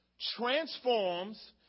transforms